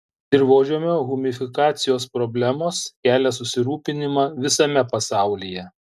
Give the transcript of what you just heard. dirvožemio humifikacijos problemos kelia susirūpinimą visame pasaulyje